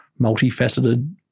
multifaceted